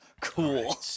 Cool